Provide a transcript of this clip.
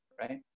right